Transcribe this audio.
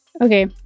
Okay